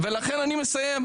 לא חווה את קשיי העליה.